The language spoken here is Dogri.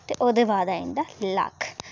ते ओह्दे बाद आई जंदा लक्ख